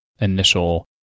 initial